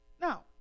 Now